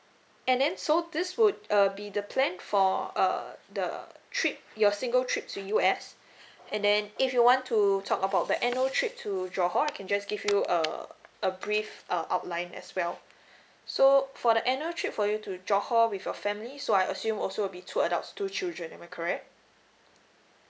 and then so this would uh be the plan for uh the trip your single trip to U_S and then if you want to talk about the annual trip to johor I can just give you err a brief err outline as well so for the annual trip for you to johor with your family so I assume will also be two adults two children am I correct